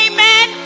Amen